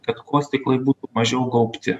kad kuo stiklai būtų mažiau gaubti